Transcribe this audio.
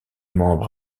membres